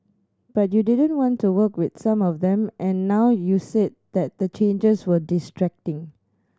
but you didn't want to work with some of them and now you've said that the changes were distracting